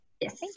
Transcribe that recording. Yes